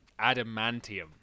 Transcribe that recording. Adamantium